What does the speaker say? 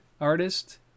artist